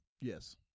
yes